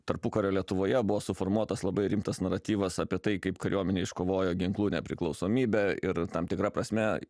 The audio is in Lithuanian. tarpukario lietuvoje buvo suformuotas labai rimtas naratyvas apie tai kaip kariuomenė iškovojo ginklu nepriklausomybę ir tam tikra prasme